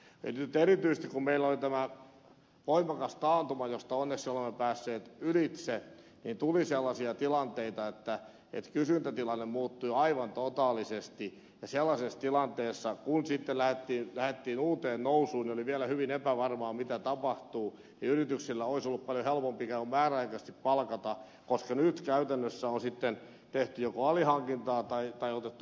eli nyt erityisesti kun meillä oli tämä voimakas taantuma josta onneksi olemme päässeet ylitse niin tuli sellaisia tilanteita että kysyntätilanne muuttui aivan totaalisesti ja sellaisessa tilanteessa kun sitten lähdettiin uuteen nousuun niin oli vielä hyvin epävarmaa mitä tapahtuu ja yrityksille olisi ollut paljon helpompi määräaikaisesti palkata työvoimaa koska nyt käytännössä on sitten tehty joko alihankintaa tai otettu vuokratyötä